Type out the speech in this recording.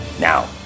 Now